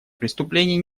преступлений